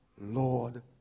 Lord